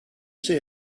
say